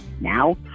now